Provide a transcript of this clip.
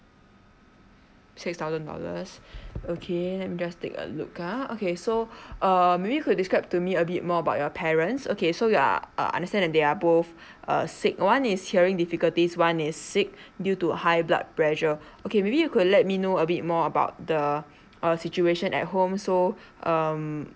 six thousand dollars okay let me just take a look ah okay so uh maybe you could describe to me a bit more about your parents okay so you are uh understand they are both uh sick one is hearing difficulties one is sick due to a high blood pressure okay maybe you could let me know a bit more about the uh situation at home so um